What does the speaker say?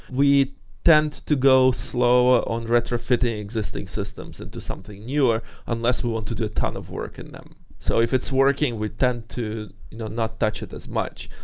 we tend to go slower on retrofitting existing systems into something newer unless we want to do a ton of work in them. so if it's working, we tend to you know not touch it as much.